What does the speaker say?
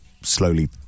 slowly